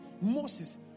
Moses